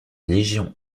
légion